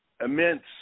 immense